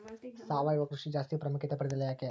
ಸಾವಯವ ಕೃಷಿ ಜಾಸ್ತಿ ಪ್ರಾಮುಖ್ಯತೆ ಪಡೆದಿಲ್ಲ ಯಾಕೆ?